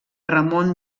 ramon